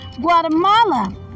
Guatemala